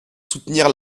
soutenir